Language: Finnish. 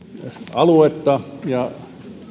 aluetta ja